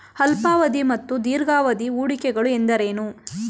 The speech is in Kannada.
ಅಲ್ಪಾವಧಿ ಮತ್ತು ದೀರ್ಘಾವಧಿ ಹೂಡಿಕೆಗಳು ಎಂದರೇನು?